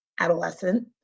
adolescent